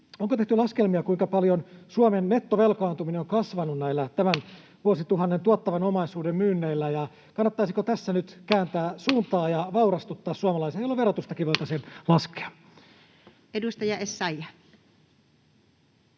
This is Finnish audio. onko tehty laskelmia siitä, kuinka paljon Suomen nettovelkaantuminen on kasvanut näillä tämän vuosituhannen tuottavan omaisuuden myynneillä, ja kannattaisiko tässä nyt kääntää suuntaa ja vaurastuttaa suomalaisia, jolloin verotustakin voitaisiin laskea? Edustaja Essayah.